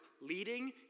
leading